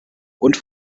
und